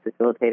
facilitator